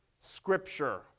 Scripture